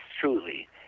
truly